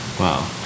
Wow